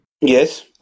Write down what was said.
Yes